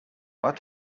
what